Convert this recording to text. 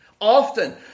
Often